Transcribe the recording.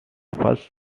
first